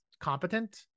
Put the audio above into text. competent